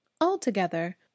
altogether